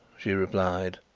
she replied.